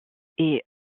est